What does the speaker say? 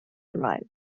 drive